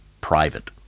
private